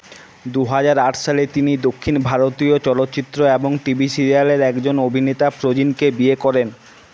দু হাজার আট সালে তিনি দক্ষিণ ভারতীয় চলচ্চিত্র এবং টি ভি সিরিয়ালের একজন অভিনেতা ফ্রোজিনকে বিয়ে করেন